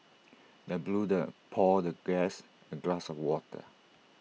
the butler poured the guest A glass of water